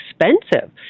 expensive